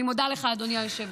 אני מודה לך, אדוני היושב-ראש.